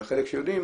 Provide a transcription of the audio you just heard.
חלק שיודעים,